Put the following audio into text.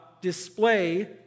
display